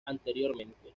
anteriormente